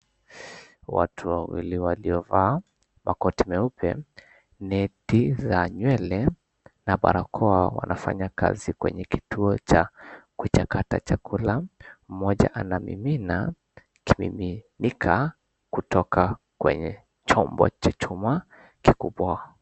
Watu wawili waliovaa makoti meupe, neti za nywele na barakoa, wanafanya kazi kwenye kituo cha kuchakata chakula. Mmoja anamimina kimiminika kutoka kwenye chombo cha chuma kikubwa.